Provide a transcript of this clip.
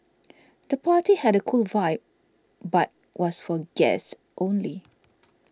the party had a cool vibe but was for guests only